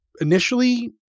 initially